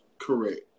Correct